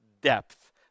depth